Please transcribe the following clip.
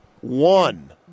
One